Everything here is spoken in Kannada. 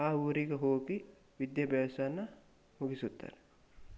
ಆ ಊರಿಗೆ ಹೋಗಿ ವಿದ್ಯಾಭ್ಯಾಸವನ್ನ ಮುಗಿಸುತ್ತಾರೆ